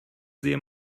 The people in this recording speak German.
sehe